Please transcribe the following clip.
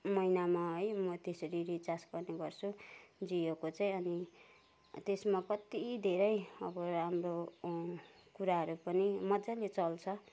महिनामा है म त्यसरी रिचार्ज गर्ने गर्छु जियोको चाहिँ अनि त्यसमा कति धेरै अब राम्रो कुराहरू पनि मजाले चल्छ